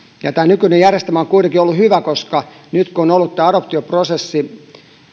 tämä nykyinen järjestelmä on kuitenkin ollut hyvä koska nyt kun on ollut tämä adoptioprosessi